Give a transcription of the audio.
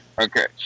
Okay